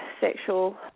sexual